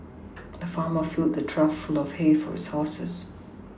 the farmer filled a trough full of hay for his horses